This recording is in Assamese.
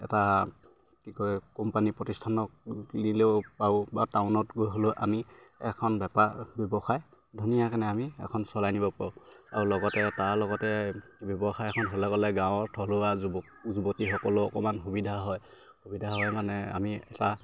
এটা কি কয় কোম্পানী প্ৰতিষ্ঠানক দিলেও পাওঁ বা টাউনত গৈ হ'লেও আমি এখন বেপাৰ ব্যৱসায় ধুনীয়াকে আমি এখন চলাই নিব পাৰোঁ আৰু লগতে তাৰ লগতে ব্যৱসায় এখন হ'লে গ'লে গাঁৱত থলুৱা যুৱক যুৱতীসকলেও অকমান সুবিধা হয় সুবিধা হয় মানে আমি এটা